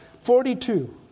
Forty-two